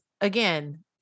again